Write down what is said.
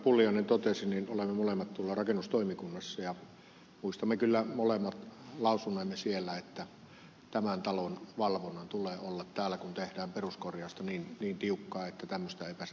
pulliainen totesi olemme molemmat tuolla rakennustoimikunnassa ja muistamme kyllä molemmat lausuneemme siellä että tämän talon valvonnan tulee olla täällä kun tehdään peruskorjausta niin tiukkaa että tämmöistä ei pääse tapahtumaan